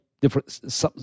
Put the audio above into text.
different